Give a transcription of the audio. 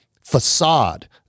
facade